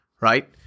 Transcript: right